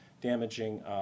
damaging